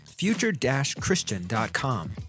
future-christian.com